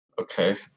Okay